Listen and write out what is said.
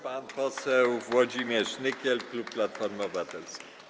Pan poseł Włodzimierz Nykiel, klub Platformy Obywatelskiej.